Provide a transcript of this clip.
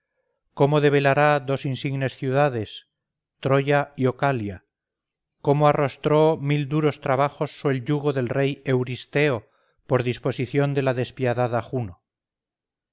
cómo debelará dos insignes ciudades troya y ocalia cómo arrostró mil duros trabajos so el yugo del rey euristeo por disposición de la despiadada juno